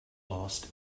lost